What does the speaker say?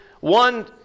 one